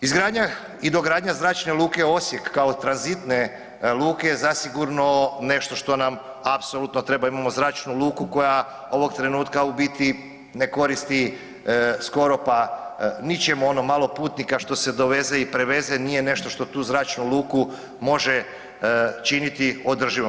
Izgradnja i dogradnja Zračne luke Osijek kao tranzitne luke je zasigurno nešto što nam apsolutno treba, imamo zračnu luku koja ovog trenutka u biti ne koristi skoro pa ničemu, ono malo putnika što se doveze i preveze nije nešto što tu zračnu luku može činiti održivom.